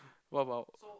what about